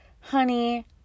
honey